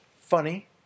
funny